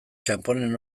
txanponen